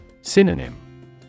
Synonym